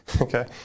Okay